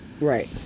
Right